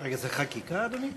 רגע, זה חקיקה, אדוני?